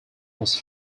was